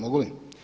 Mogu li?